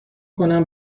کنم